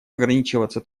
ограничиваться